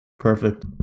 perfect